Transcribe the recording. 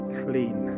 clean